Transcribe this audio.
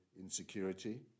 insecurity